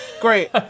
Great